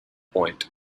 point